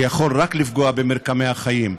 שיכול רק לפגוע במרקמי החיים,